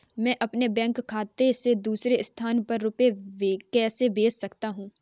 मैं अपने बैंक खाते से दूसरे स्थान पर रुपए कैसे भेज सकता हूँ?